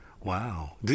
Wow